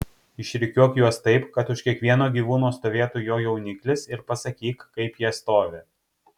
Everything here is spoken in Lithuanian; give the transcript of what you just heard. išrikiuok juos taip kad už kiekvieno gyvūno stovėtų jo jauniklis ir pasakyk kaip jie stovi